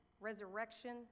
resurrection